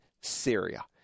Syria